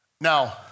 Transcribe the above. Now